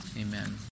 Amen